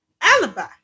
Alibi